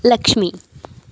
Lakshmi